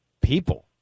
people